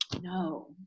no